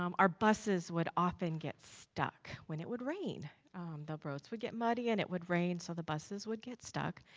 um our buses would often get stuck when it would rain the roads would get muddy and it would rain so the buses would get stuck.